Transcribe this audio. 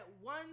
one